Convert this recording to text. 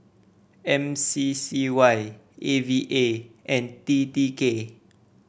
M C C Y A V A and T T K